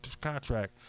contract